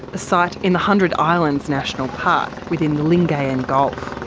a site in the hundred islands national park within the lingayen gulf.